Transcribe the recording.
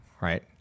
right